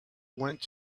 went